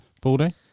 baldy